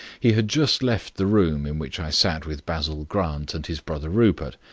he had just left the room in which i sat with basil grant and his brother rupert,